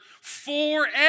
forever